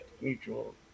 Mutual